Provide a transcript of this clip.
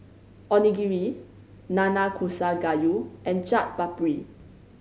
Onigiri Nanakusa Gayu and Chaat Papri